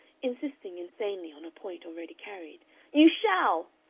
insisting insanely on a point already carried you shall!